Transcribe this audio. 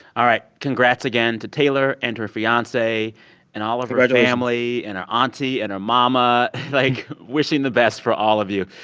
all right. congrats again to taylor and her fiance and all of her. congratulations. family and her auntie and her mama like, wishing the best for all of you